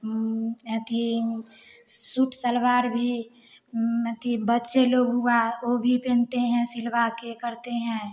एथी सूट सलवार भी अथि बच्चे लोग हुआ ओ भी पहनते हैं सिलवा के करते हैं